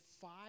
five